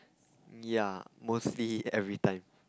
ya mostly everytime